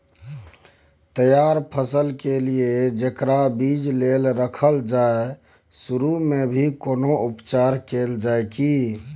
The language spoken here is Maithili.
तैयार फसल के लिए जेकरा बीज लेल रखल जाय सुरू मे भी कोनो उपचार कैल जाय की?